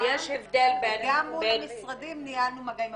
אבל יש הבדל בין --- וגם מול המשרדים ניהלנו מגעים.